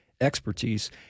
expertise